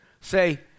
Say